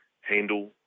handle